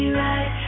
right